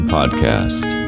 Podcast